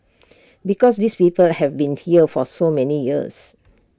because these people have been here for so many years